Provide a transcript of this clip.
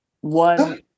one